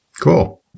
Cool